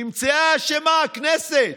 נמצאה האשמה, הכנסת.